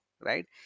right